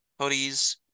hoodies